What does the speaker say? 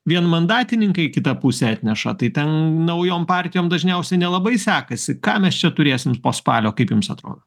vienmandatininkai kitą pusę atneša tai ten naujom partijom dažniausiai nelabai sekasi ką mes čia turėsim po spalio kaip jums atrodo